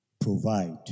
provide